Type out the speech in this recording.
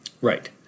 Right